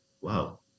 wow